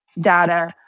data